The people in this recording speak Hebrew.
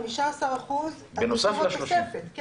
15% בנוסף ל-30%?